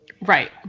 Right